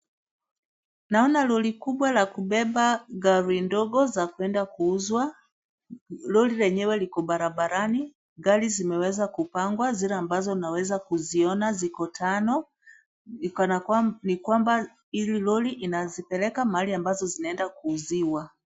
Naona lori kubwa la kubeba gari ndogo za kuenda kuuzwa. Lori lenyewe liko barabarani, gari zimeweza kupangwa zile ambazo naweza kuziona ziko tano. Ni kwamba hili lori inazipeleka mahali ambazo zinaenda kuuziwa.